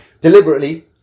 deliberately